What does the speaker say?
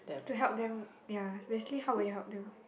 to help them ya basically how would you help them